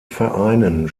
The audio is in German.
vereinen